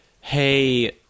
hey